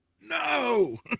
no